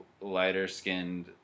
lighter-skinned